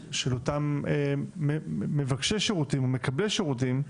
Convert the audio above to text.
של אותם מבקשי או מקבלי שירותים,